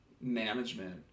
management